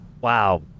wow